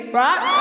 right